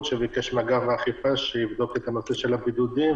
שביקש מאגף האכיפה שיבדוק את נושא הבידודים,